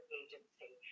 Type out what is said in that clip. agency